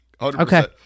Okay